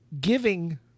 giving